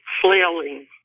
flailing